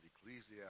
Ecclesiastes